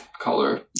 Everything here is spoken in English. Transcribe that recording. color